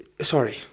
sorry